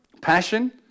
Passion